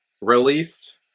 released